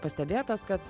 pastebėtas kad